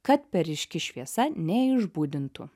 kad per ryški šviesa neišbudintų